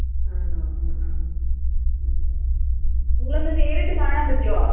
ആണോ ആ ആ ഓക്കെ നിങ്ങളെ ഒന്ന് നേരിട്ട് കാണാൻ പറ്റുമൊ